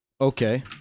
Okay